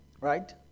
Right